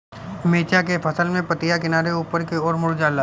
मिरचा के फसल में पतिया किनारे ऊपर के ओर मुड़ जाला?